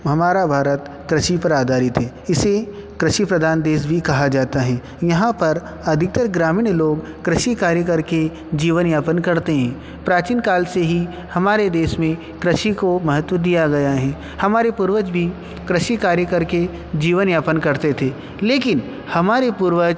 हमारा भारत कृषि पर आधारित है इसे कृषि प्रधान देश भी कहा जाता है यहाँ पर अधिकतर ग्रामीण लोग कृषि कार्य करके जीवनयापन करते हैं प्राचीन काल से ही हमारे देश में कृषि को महत्व दिया गया है हमारे पूर्वज भी कृषि कार्य करके जीवन यापन करते थे लेकिन हमारे पूर्वज